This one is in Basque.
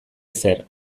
ezer